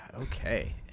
okay